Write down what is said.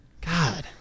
God